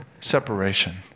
separation